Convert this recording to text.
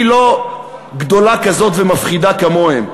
היא לא גדולה כזאת ומפחידה כמוהם.